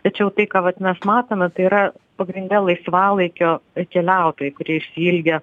tačiau tai ką vat mes matome tai yra pagrindine laisvalaikio keliautojai kurie išsiilgę